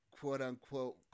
quote-unquote